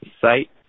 site